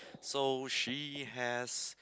so she has